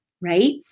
Right